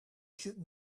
should